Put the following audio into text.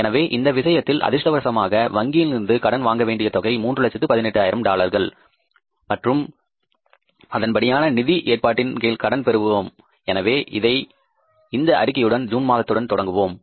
எனவே இந்த விஷயத்தில் அதிர்ஷ்டவசமாக வங்கியில் இருந்து கடன் வாங்க வேண்டிய தொகை 318000 டாலர்கள் மற்றும் அதன்படியான நிதி ஏற்பாட்டின் கீழ் கடன் பெறுவோம் எனவே இதை இந்த அறிக்கையுடனும் ஜூன் மாதத்துடனும் தொடருவோம்